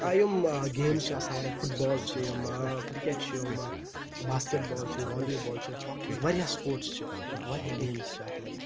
آ یم گیمٕز چھِ آسان واریاہ فُٹ بال چھِ یِم کِرٛکٮ۪ٹ چھُ یُمہٕ باسکٮ۪ٹ بال چھِ والی بال چھِ ہاکی واریاہ سپوٹٕس چھِ مطلب واریاہ گیمٕز چھِ اَتھ منٛز